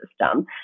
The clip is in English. system